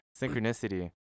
synchronicity